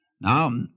Now